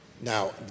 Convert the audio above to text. Now